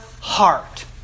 Heart